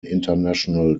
international